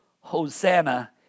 Hosanna